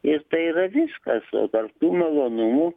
ir tai yra viskas o tarp tų malonumų